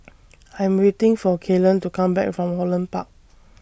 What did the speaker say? I'm waiting For Kaylan to Come Back from Holland Park